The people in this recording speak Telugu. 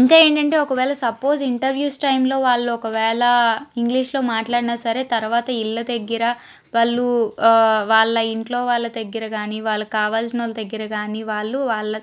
ఇంకా ఏంటంటే ఒకవేళ సపోజ్ ఇంటర్వ్యూస్ టైంలో వాళ్ళు ఒకవేళ ఇంగ్లీషులో మాట్లాడిన సరే తర్వాత ఇళ్ల దగ్గర వాళ్లు వాళ్ళ ఇంట్లో వాళ్ళ దగ్గరగాని వాళ్లకు కావాల్సిన వాళ్ళ దగ్గర గాని వాళ్లు వాళ్ళ